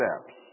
steps